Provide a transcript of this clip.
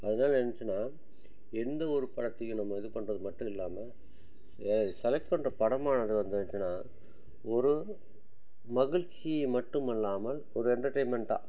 அதை நினச்சி நான் எந்த ஒரு படத்தையும் நம்ம இது பண்ணுறது மட்டும் இல்லாமல் செ செலக்ட் பண்ணுற படம் ஆனது வந்து எட்த்தினா ஒரு மகிழ்ச்சியை மட்டும் இல்லாமல் ஒரு என்டர்டெயின்மெண்டாக